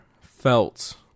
felt